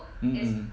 mm mm